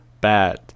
bad